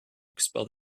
expel